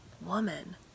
woman